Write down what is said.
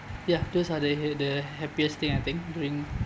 ya those are the ha~ the happiest thing I think during